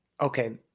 okay